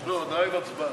לא, הודעה עם הצבעה.